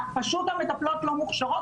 פשוט המטפלות לא מוכשרות.